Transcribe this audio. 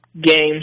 games